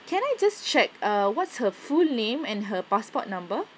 can I just check uh what's her full name and her passport number